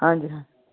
ਹਾਂਜੀ ਹਾਂ